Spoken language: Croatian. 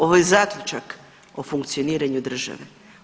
Ovo je zaključak o funkcioniranju države.